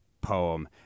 poem